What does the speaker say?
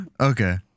Okay